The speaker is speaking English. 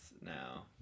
now